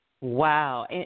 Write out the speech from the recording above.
Wow